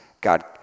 God